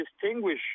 distinguish